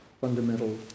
fundamental